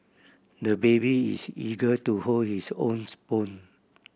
the baby is eager to hold his own spoon